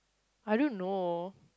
I don't know